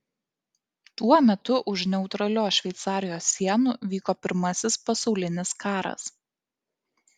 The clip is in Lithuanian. tuo metu už neutralios šveicarijos sienų vyko pirmasis pasaulinis karas